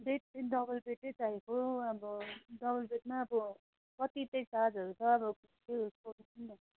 bed चाहिँ double bed नै चाहिएको अब डबल बेडमा अब कति चाहिँ चार्जहरू छ अब त्यो सोध्नु थियो नि त